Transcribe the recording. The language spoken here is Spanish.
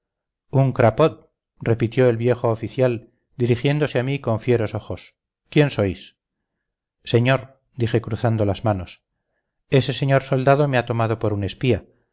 uncrapaud repitió el viejo oficial dirigiéndose a mí con fieros ojos quién sois señor dije cruzando las manos ese señor soldado me ha tomado por un espía